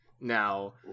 now